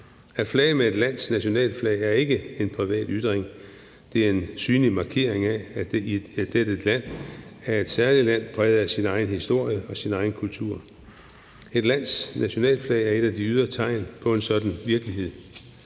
At flage med et lands nationalflag er ikke en privat ytring. Det er en synlig markering af, at dette land er et særligt land præget af sin egen historie og sin egen kultur. Et lands nationalflag er et af de ydre tegn på en sådan virkelighed.